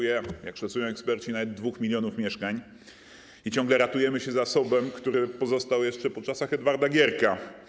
Jak szacują eksperci, brakuje nawet 2 mln mieszkań i ciągle ratujemy się zasobem, który pozostał jeszcze po czasach Edwarda Gierka.